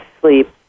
sleep